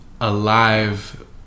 alive